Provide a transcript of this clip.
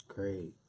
Great